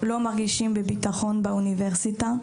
לא מרגישים בבטחון באוניברסיטה.